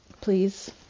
please